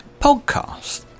podcast